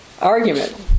argument